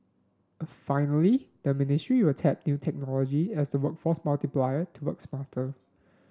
finally the ministry will tap new technology as a workforce multiplier to work smarter